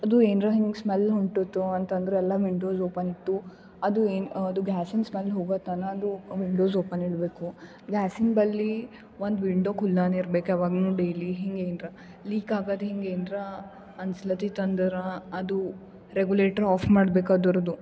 ಅದು ಏನರ ಹಿಂಗೆ ಸ್ಮೆಲ್ ಹೊಂಟುತ್ತೊ ಅಂತ ಅಂದ್ರೆ ಎಲ್ಲ ವಿಂಡೋಸ್ ಓಪನ್ಯಿಟ್ಟು ಅದು ಏನು ಅದು ಗ್ಯಾಸಿನ ಸ್ಮೆಲ್ ಹೋಗೋತನ ಅದು ವಿಂಡೋಸ್ ಓಪನ್ ಇಡಬೇಕು ಗ್ಯಾಸಿನ ಬಳಿ ಒಂದು ವಿಂಡೊ ಕುಲ್ಲಾನ್ ಇರ್ಬೇಕು ಯಾವಾಗ್ಲು ಡೈಲಿ ಹಿಂಗೆ ಏನರ ಲೀಕ್ ಆಗೋದ್ ಹಿಂಗೆ ಏನರ ಅನಿಸ್ಲತೀತ್ ಅಂದ್ರೆ ಅದು ರೇಗುಲೆಟ್ರ್ ಆಫ್ ಮಾಡ್ಬೇಕು ಅದರದ್ದು